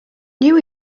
knew